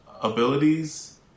abilities